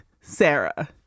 Sarah